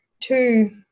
two